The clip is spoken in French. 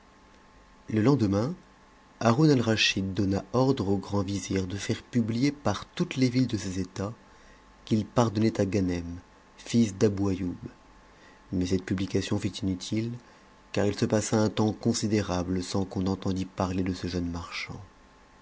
le lendemain haroun alraschid donna ordre au grand vizir de faire publier par tontes les villes de ses états qu'il pardonnait à ganem fils d'abou atoub mais cette publication fut inutile car il se passa un temps considérable sans qu'on entendît parler de ce jeune marchand